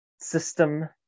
system